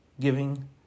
Giving